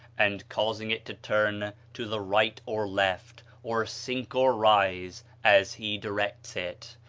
and causing it to turn to the right or left, or sink or rise, as he directs it.